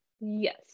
yes